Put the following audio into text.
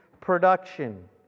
production